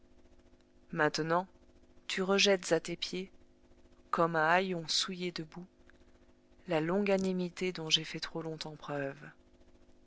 maintenant tu rejettes à tes pieds comme un haillon souillé de boue la longanimité dont j'ai fait trop longtemps preuve